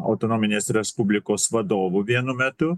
autonominės respublikos vadovu vienu metu